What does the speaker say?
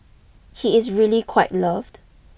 he is really quite loved